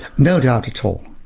no doubt at all.